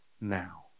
now